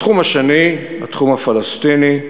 התחום השני, התחום הפלסטיני.